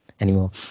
anymore